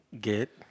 Get